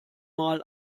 mal